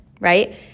right